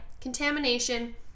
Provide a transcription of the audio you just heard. contamination